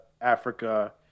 Africa